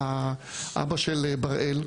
אבא של בראל.